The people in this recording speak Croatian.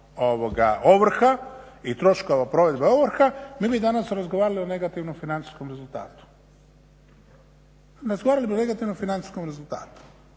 od ovrha i troškova provedbe ovrha mi bi danas razgovarali o negativnom financijskom rezultatu. I opet se vraćam na to Vlada